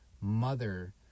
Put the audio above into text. Mother